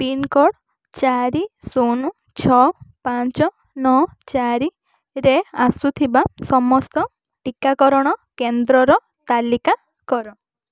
pincode ଚାରି ଶୂନ ଛଅ ପାଞ୍ଚ ନଅ ଚାରିରେ ଆସୁଥିବା ସମସ୍ତ ଟିକାକରଣ କେନ୍ଦ୍ରର ତାଲିକା କର